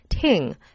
Ting